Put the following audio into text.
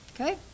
okay